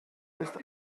ist